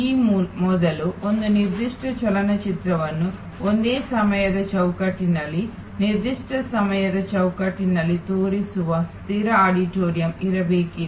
ಈ ಮೊದಲು ಒಂದು ನಿರ್ದಿಷ್ಟ ಚಲನಚಿತ್ರವನ್ನು ಒಂದೇ ಸಮಯದ ಚೌಕಟ್ಟಿನಲ್ಲಿ ನಿರ್ದಿಷ್ಟ ಸಮಯದ ಚೌಕಟ್ಟಿನಲ್ಲಿ ತೋರಿಸುವ ಸ್ಥಿರ ಆಡಿಟೋರಿಯಂ ಇರಬೇಕಿತ್ತು